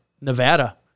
Nevada